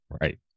Right